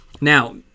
Now